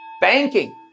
Banking